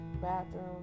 bathroom